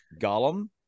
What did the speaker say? Gollum